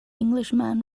englishman